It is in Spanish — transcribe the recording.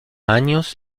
años